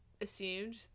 assumed